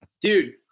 dude